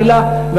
חלילה,